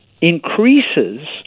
increases